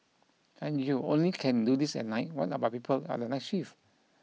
and you only can do this at night what about people on the night shift